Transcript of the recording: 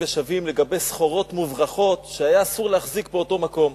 לגבי סחורות מוברחות שהיה אסור להחזיק באותו מקום.